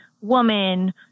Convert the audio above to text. woman